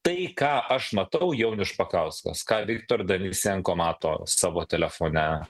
tai ką aš matau jaunius špakauskas ką viktor danisenko mato savo telefone